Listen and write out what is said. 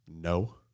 No